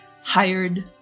hired